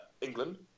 England